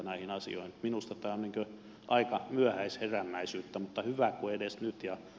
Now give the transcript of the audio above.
minusta tämä on aika myöhäisherännäisyyttä mutta hyvä kun edes nyt